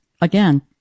again